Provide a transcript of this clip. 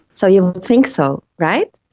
so you think so, right?